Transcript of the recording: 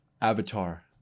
Avatar